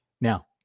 Now